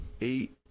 eight